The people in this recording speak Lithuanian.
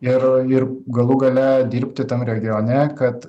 ir ir galų gale dirbti tam regione kad